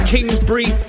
Kingsbury